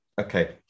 Okay